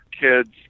kids